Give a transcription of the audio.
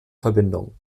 verbindung